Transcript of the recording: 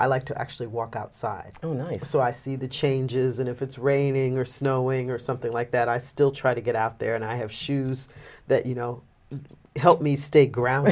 i like to actually walk outside and i so i see the changes and if it's raining or snowing or something like that i still try to get out there and i have shoes that you know help me stay ground